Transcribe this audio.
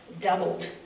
doubled